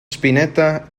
spinetta